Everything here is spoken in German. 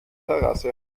terrasse